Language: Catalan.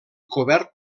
cobert